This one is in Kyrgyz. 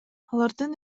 алардын